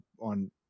on